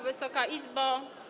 Wysoka Izbo!